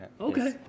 Okay